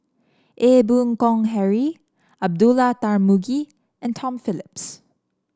Ee Boon Kong Henry Abdullah Tarmugi and Tom Phillips